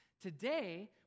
today